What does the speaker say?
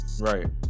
right